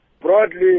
broadly